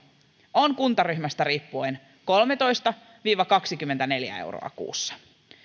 on kuntaryhmästä riippuen kolmetoista viiva kaksikymmentäneljä euroa kuussa